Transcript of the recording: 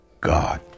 God